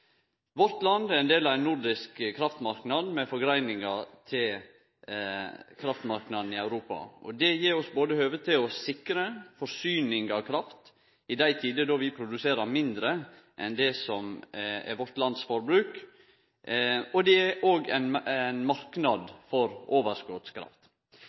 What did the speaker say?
Vårt land er ein del av ein nordisk kraftmarknad med forgreiningar til kraftmarknaden i Europa. Det gjev oss høve til å sikre forsyning av kraft i tider då vi produserer mindre enn det som er vårt lands forbruk, og det gjev oss også ein